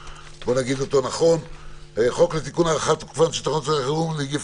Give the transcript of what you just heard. הצעת חוק להארכת תוקפן של תקנות שעת חירום (נגיף